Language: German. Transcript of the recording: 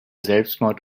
selbstmord